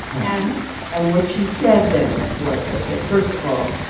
and and what she said then was that the first of all,